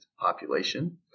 population